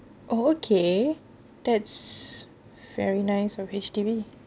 okay that's very nice of H_D_B